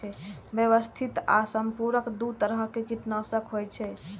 व्यवस्थित आ संपर्क दू तरह कीटनाशक होइ छै